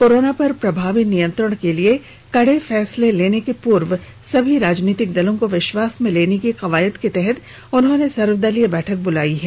corona पर प्रभावी नियंत्रण के लिए कड़े फैसले लेने के पूर्व सभी राजनीतिक दलों को विश्वास में लेने की कवायद के तहत उन्होंने सर्वदलीय बैठक बुलाई है